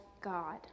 God